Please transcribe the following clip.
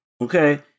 Okay